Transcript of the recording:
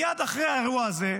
מייד אחרי האירוע הזה,